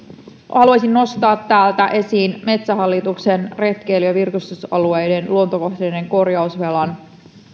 haluaisin nostaa täältä esiin metsähallituksen retkeily ja virkistysalueiden luontokohteiden korjausvelan